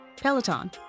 Peloton